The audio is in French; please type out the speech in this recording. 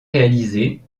réalisé